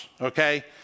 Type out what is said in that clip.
okay